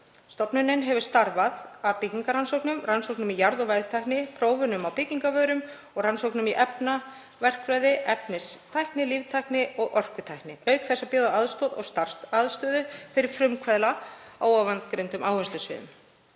Stofnunin hefur starfað að byggingarrannsóknum, rannsóknum í jarð- og vegtækni, prófunum á byggingarvörum og rannsóknum í efnaverkfræði, efnistækni, líftækni og orkutækni, auk þess að bjóða aðstoð og starfsaðstöðu fyrir frumkvöðla á ofangreindum áherslusviðum.